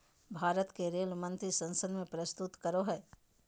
भारत के रेल मंत्री संसद में प्रस्तुत करो हइ